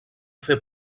fer